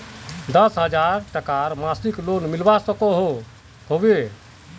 दस हजार टकार मासिक लोन मिलवा सकोहो होबे?